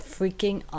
Freaking